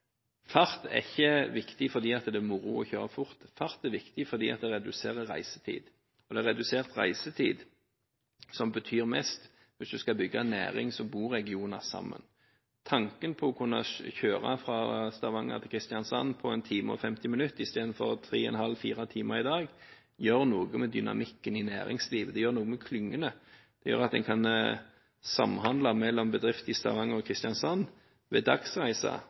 Fart er ikke viktig fordi det er moro å kjøre fort, fart er viktig fordi det reduserer reisetiden. Og det er redusert reisetid som betyr mest hvis en skal bygge næring som binder regioner sammen. Tanken på å kunne kjøre fra Stavanger til Kristiansand på 1 time og 50 minutter istedenfor 3,5–4 timer, som i dag, gjør noe med dynamikken i næringslivet, det gjør noe med klyngene, det gjør at bedrifter i Stavanger og Kristiansand kan samhandle, ved dagsreiser, noe en ikke kan gjøre i